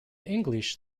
english